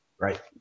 Right